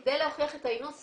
כדי להוכיח את האינוס,